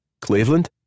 Cleveland